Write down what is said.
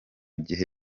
gihe